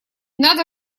надо